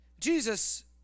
Jesus